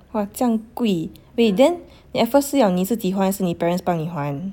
!wah! 这样贵 wait then at first 是讲你自己还还是你 parents 帮你还